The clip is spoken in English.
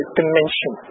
dimension